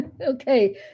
Okay